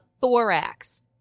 thorax